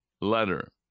letter